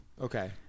Okay